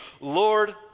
Lord